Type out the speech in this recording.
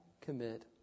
commit